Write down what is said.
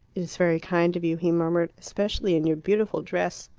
is very kind of you, he murmured, especially in your beautiful dress.